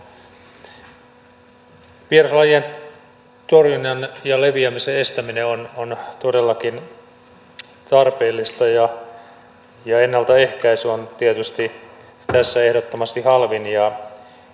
vieraslajien torjunta ja leviämisen estäminen on todellakin tarpeellista ja ennaltaehkäisy on tietysti tässä ehdottomasti halvin ja tehokkain tapa